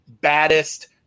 baddest